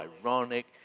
ironic